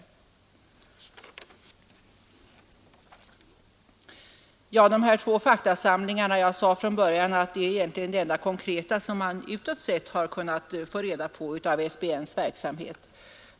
Jag sade i början att de här två faktasamlingarna egentligen är det enda konkreta man utåt har kunnat få reda på av SBN:s verksamhet.